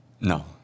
No